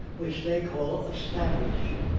which they call established.